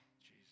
Jesus